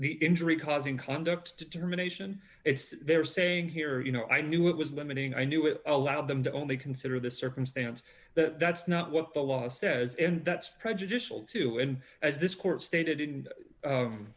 the injury causing conduct determination it's they're saying here you know i knew it was limiting i knew it allowed them to only consider the circumstance but that's not what the law says and that's prejudicial to and as this court stated in